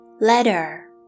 Letter